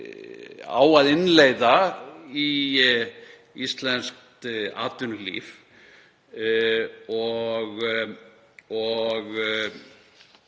á að innleiða í íslenskt atvinnulíf og